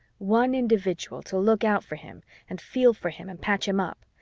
one individual to look out for him and feel for him and patch him up,